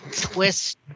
twist